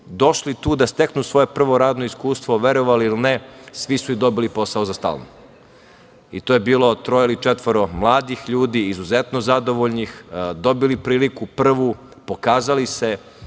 došli tu da steknu svoje prvo radno iskustvo, verovali ili ne, svi su dobili posao za stalno. To je bilo troje ili četvoro mladih ljudi, izuzetno zadovoljnih, dobili prvu priliku, pokazali se,